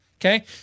okay